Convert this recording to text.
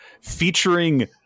featuring